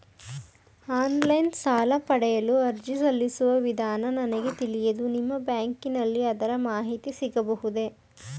Online ಸಾಲ ಪಡೆಯಲು ಅರ್ಜಿ ಸಲ್ಲಿಸುವ ವಿಧಾನ ನನಗೆ ತಿಳಿಯದು ನಿಮ್ಮ ಬ್ಯಾಂಕಿನಲ್ಲಿ ಅದರ ಮಾಹಿತಿ ಸಿಗಬಹುದೇ?